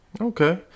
Okay